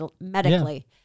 medically